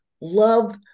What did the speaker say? Love